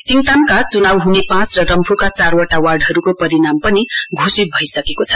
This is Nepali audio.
सिङतामका च्नाउ ह्ने पाँच र रम्फूका चारवटा वार्डहरूको परिणाम पनि घोषित भइसकेको छ